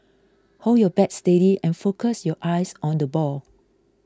hold your bat steady and focus your eyes on the ball